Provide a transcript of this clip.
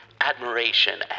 admiration